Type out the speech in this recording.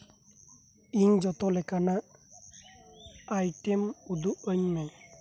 ᱤᱧ ᱡᱚᱛᱚ ᱞᱮᱠᱟᱱᱟᱜ ᱟᱭᱴᱮᱢ ᱩᱫᱩᱜ ᱟᱹᱧ ᱢᱮ